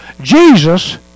Jesus